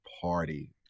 party